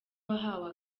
wahawe